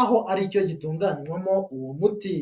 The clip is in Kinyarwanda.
aho ari cyo gitunganywamo uwo muti.